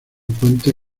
puente